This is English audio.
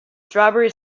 strawberry